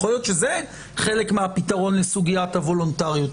יכול להיות שזה חלק מהפתרון לסוגיית הוולונטריות.